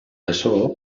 açò